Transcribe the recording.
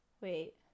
Wait